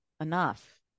Enough